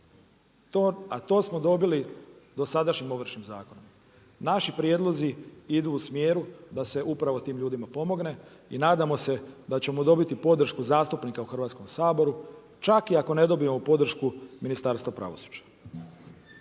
A to smo dobili dosadašnjim Ovršnim zakonom. Naši prijedlozi idu u smjeru da se upravo tim ljudima pomogne i nadamo se da ćemo dobiti podršku zastupnika u Hrvatskom saboru, čak i ako ne i dobijemo podršku Ministarstva pravosuđa.